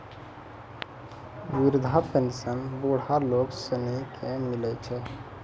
वृद्धा पेंशन बुढ़ा लोग सनी के मिलै छै